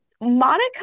monica